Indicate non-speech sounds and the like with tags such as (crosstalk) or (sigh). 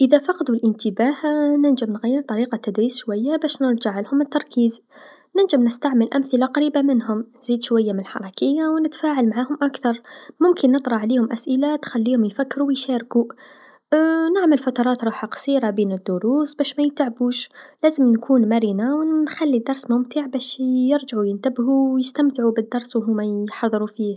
إذا فقدو الإنتباه ننجم نغيرطريقه التدريس شويا باش نرجعلهم التركيز نجم نستعمل أمثله قريبه منهم، نزيد شويا من الحركيه و نتفاعل معاهم أكثر، ممكن نطرح عليهم أسئله تخليهم يفكرو و يشاركو (hesitation) نعمل فترات راحه قصيرا بين الدروس باش ميتعبوش، لازم نكون مرنه و نخلي الدرس ممتع باش يرجعو ينتبهو و يستمتعو بالدرس و هوما يحضرو فيه.